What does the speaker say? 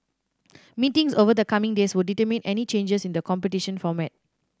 meetings over the coming days would determine any changes in the competition format